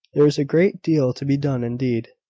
there is a great deal to be done indeed,